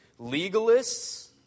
legalists